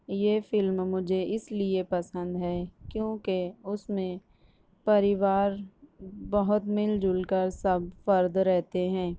یہ فلم مجھے اس لیے پسند ہے کہ کیونکہ اس میں پریوار بہت مل جل کر سب فرد رہتے ہیں